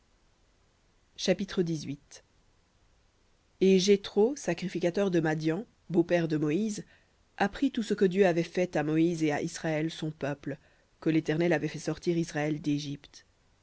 chapitre et jéthro sacrificateur de madian beau-père de moïse apprit tout ce que dieu avait fait à moïse et à israël son peuple que l'éternel avait fait sortir israël d'égypte